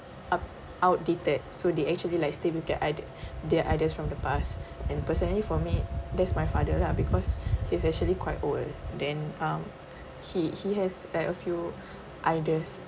out outdated so they actually like stay with thier their ideas from the past and personally for me that's my father lah because he's actually quite old then um he he has a few ideas